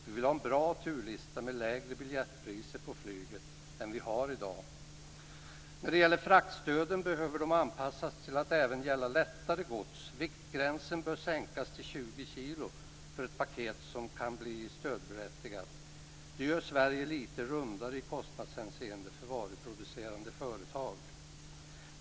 Vi vill ha en bra turlista med lägre biljettpriser på flyget än vi har i dag. När det gäller fraktstöden behöver de anpassas till att även gälla lättare gods. Viktgränsen bör sänkas till 20 kilo för ett paket som kan bli stödberättigat. Det gör Sverige lite rundare i kostnadshänseende för varuproducerande företag.